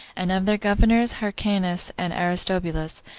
and of their governors hyrcanus and aristobulus,